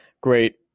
great